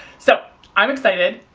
so i'm excited!